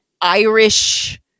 Irish